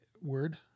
word